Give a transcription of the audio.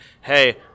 hey